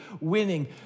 winning